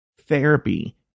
Therapy